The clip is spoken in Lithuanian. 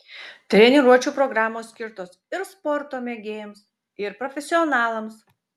treniruočių programos skirtos ir sporto mėgėjams ir profesionalams